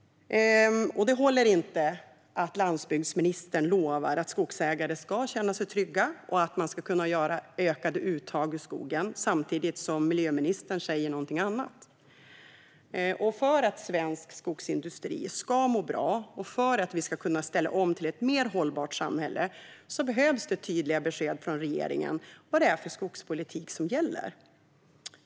Det håller inte att landsbygdsministern lovar att skogsägare ska känna sig trygga och att man ska kunna göra ökade uttag ur skogen, samtidigt som miljöministern säger någonting annat. För att svensk skogsindustri ska må bra och för att vi ska kunna ställa om till ett mer hållbart samhälle behövs det tydliga besked från regeringen om vilken skogspolitik som gäller.